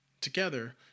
together